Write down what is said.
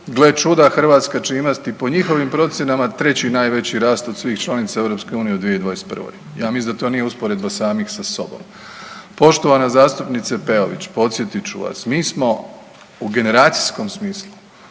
gle čuda Hrvatska će imati po njihovim procjenama treći najveći rast od svih članica EU u 2021. Ja mislim da to nije usporedba samih sa sobom. Poštovana zastupnice Peović, podsjetit ću vas mi smo u generacijskom smislu